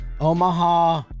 Omaha